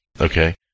Okay